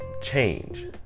change